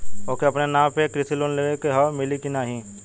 ओके अपने नाव पे कृषि लोन लेवे के हव मिली की ना ही?